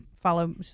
follow